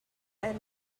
and